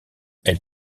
elle